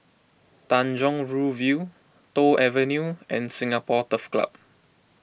Tanjong Rhu View Toh Avenue and Singapore Turf Club